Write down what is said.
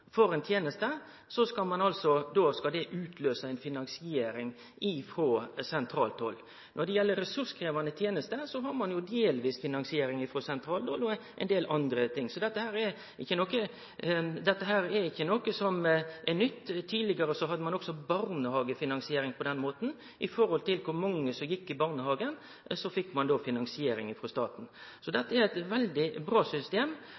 for ei teneste, skal dette utløyse ei finansiering frå sentralt hald. Når det gjeld ressurskrevjande tenester, har ein delvis finansiering frå sentralt hald og ein del andre ting. Dette er ikkje noko nytt. Tidlegare hadde ein også barnehagefinansiering på denne måten, der ein fekk finansiering frå staten i forhold til kor mange som gjekk i barnehagen.